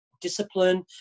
discipline